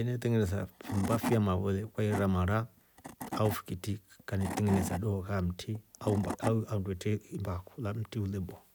Vetengenesa fimmba fya mwao veera mara au fikiti kanetengenesa doka ya mtri au- au handu kwetre imbako lamtri elebwaa.